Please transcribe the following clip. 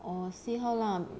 orh see how lah